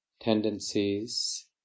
tendencies